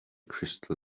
crystal